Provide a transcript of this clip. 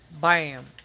Bam